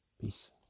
Peace